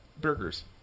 burgers